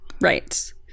Right